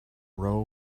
row